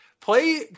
Play